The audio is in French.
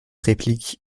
réplique